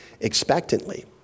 expectantly